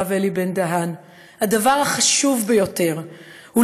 הרב אלי בן-דהן: הדבר החשוב ביותר הוא